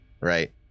Right